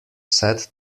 set